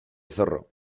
zorro